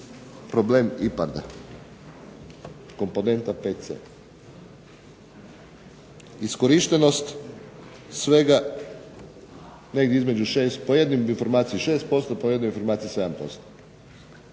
problem IPARD-a Komponenta 5C. Iskorištenost svega negdje između 6, po jednoj informaciji 6%, po jednoj informaciji 7%.